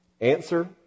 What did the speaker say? Answer